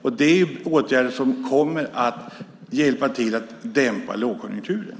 Det är åtgärder som kommer att hjälpa till att dämpa lågkonjunkturen.